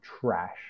trash